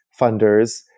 funders